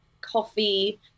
coffee